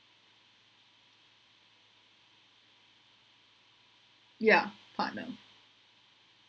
ya partner